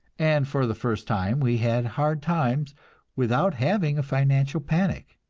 and for the first time we had hard times without having a financial panic.